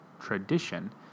tradition